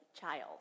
child